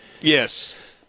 Yes